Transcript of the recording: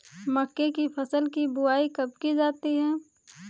मक्के की फसल की बुआई कब की जाती है?